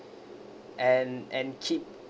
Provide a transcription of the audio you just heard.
and and keep